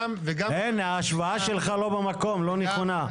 ההשוואה שלך לא במקום, לא נכונה.